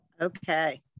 okay